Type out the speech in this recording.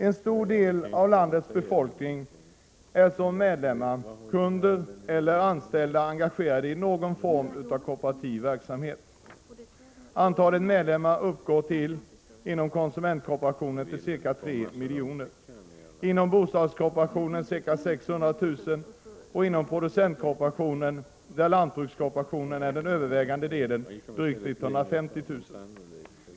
En stor del av landets befolkning har som medlemmar, kunder eller anställda engagerat sig i någon form av kooperativ verksamhet. Antalet medlemmar uppgår inom konsumentkooperationen till ca 3 miljoner, inom bostadskooperationen till ca 600 000 och inom producentkooperationen, där lantbrukskooperationen är den övervägande delen, till drygt 150 000.